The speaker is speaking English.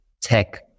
tech